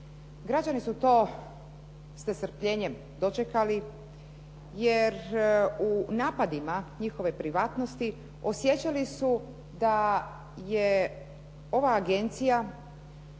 Građani su to s nestrpljenjem dočekali, jer u napadima njihove privatnosti osjećali su da je ova agencija